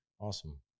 Awesome